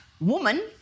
woman